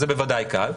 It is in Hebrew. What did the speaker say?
זה בוודאי קל,